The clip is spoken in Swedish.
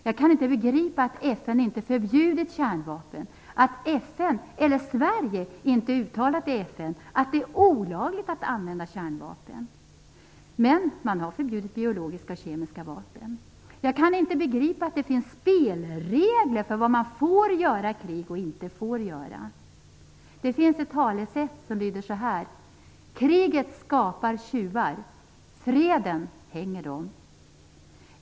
Jag kan inte begripa att inte FN förbjudit kärnvapen, att FN - eller Sverige i ett uttalande i FN - inte sagt att det är olagligt att använda kärnvapen. Man har dock förbjudit biologiska och kemiska vapen. Jag kan inte begripa att det finns spelregler för vad man får göra och inte får göra i krig. Det finns ett talesätt som lyder så här: Kriget skapar tjuvar, freden hänger dem.